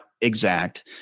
exact